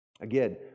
Again